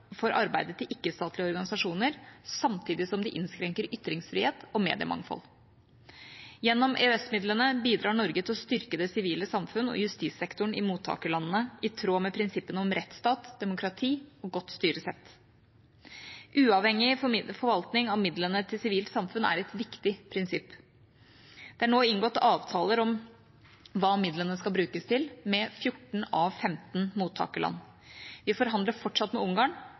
for arbeidet til ikke-statlige organisasjoner, samtidig som de innskrenker ytringsfrihet og mediemangfold. Gjennom EØS-midlene bidrar Norge til å styrke det sivile samfunn og justissektoren i mottakerlandene, i tråd med prinsippene om rettsstat, demokrati og godt styresett. Uavhengig forvaltning av midlene til sivilt samfunn er et viktig prinsipp. Det er nå inngått avtaler om hva midlene skal brukes til, med 14 av 15 mottakerland. Vi forhandler fortsatt med Ungarn,